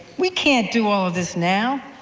we can't do all of this now,